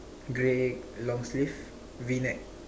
grey long sleeve V-neck